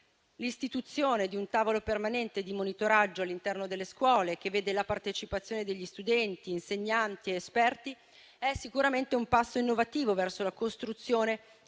L'istituzione di un tavolo permanente di monitoraggio all'interno delle scuole, che vede la partecipazione di studenti, insegnanti ed esperti, è sicuramente un passo innovativo verso la costruzione